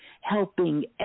helping